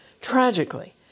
Tragically